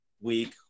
week